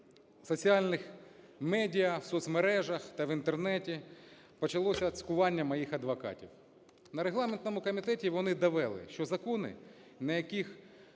в соціальних медіа, соцмережах та в Інтернеті почалося цькування моїх адвокатів. На регламентному комітеті вони довели, що закони, на яких